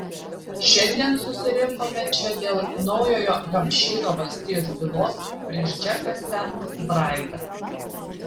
šiandien susirinkome čia dėl naujojo hampšyro valstijos bylos prieš džeką sent braidą